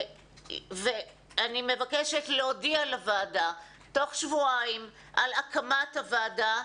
אני מבקשת להודיע לוועדה תוך שבועיים על הקמת הוועדה.